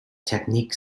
technique